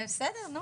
בסדר.